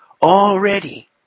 already